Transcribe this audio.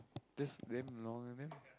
this then